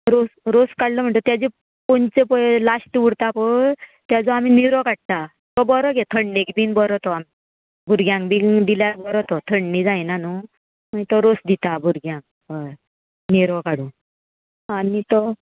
रोस रोस काडलो म्हणटगी तेजे पोंचो पय लास्ट उरता पय तेजो आमी निरो काडटा तो बरो गे थंडेक बीन बरो तो भुरग्यांक बीन दिल्यार बरो तो थंडी जायना न्हू मागीर तो रोस दिता भुरग्यांक हय निरो काडून आनी तो